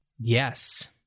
Yes